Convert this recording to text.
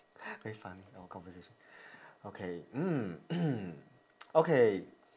very funny our conversation okay mm okay